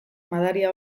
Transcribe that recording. madaria